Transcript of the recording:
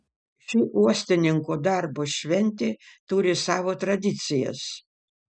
ši uostininkų darbo šventė turi savo tradicijas